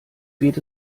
geht